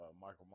Michael